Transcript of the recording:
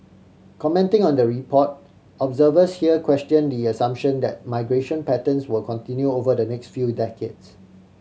commenting on the report observers here question the assumption that migration patterns will continue over the next few decades